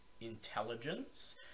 intelligence